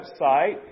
website